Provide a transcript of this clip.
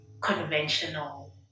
conventional